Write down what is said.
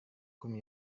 com